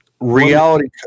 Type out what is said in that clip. Reality